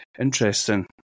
Interesting